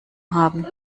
haben